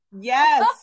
Yes